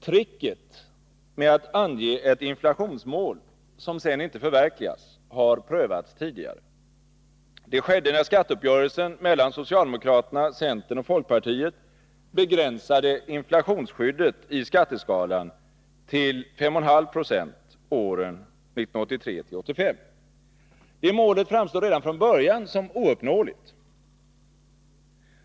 Tricket med att ange ett inflationsmål, som sedan inte förverkligas, har prövats tidigare. Det skedde när skatteuppgörelsen mellan socialdemokraterna, centern och folkpartiet begränsade inflationsskyddet i skatteskalan till 5,5 70 åren 1983-1985. Det målet framstod redan från början som ouppnåeligt.